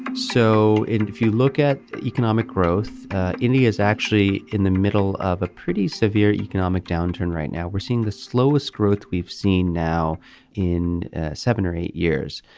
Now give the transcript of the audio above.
so if you look at economic growth india's actually in the middle of a pretty severe economic downturn right now we're seeing the slowest growth we've seen now in seven or eight years.